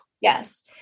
Yes